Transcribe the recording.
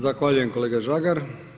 Zahvaljujem kolega Žagar.